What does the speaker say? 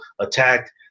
attacked